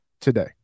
today